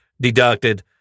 deducted